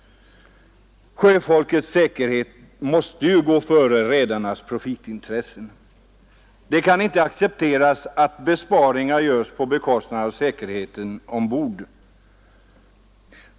Sjöfolkets säkerhet måste gå före redarnas profitintressen. Det kan inte accepteras att besparingar görs på bekostnad av säkerheten ombord.